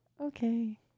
Okay